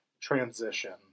transition